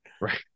Right